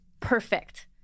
Perfect